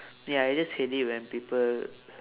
ya I just hate it when people